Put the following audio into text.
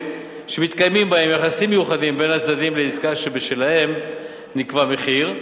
שמתקיימים בה יחסים מיוחדים בין הצדדים לעסקה שבשלהם נקבע מחיר,